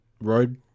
road